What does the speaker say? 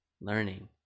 learning